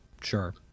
sure